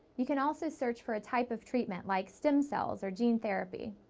you can also search for a type of treatment, like stem cells or gene therapy.